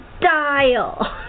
dial